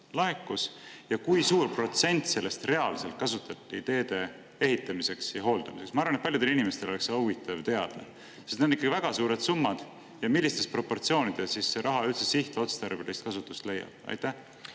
laekus ja kui suur protsent sellest kasutati reaalselt teede ehitamiseks ja hooldamiseks. Ma arvan, et paljudel inimestel oleks huvitav seda teada, sest need on ikkagi väga suured summad. Ja millises proportsioonis see raha siis sihtotstarbelist kasutust leiab? Suur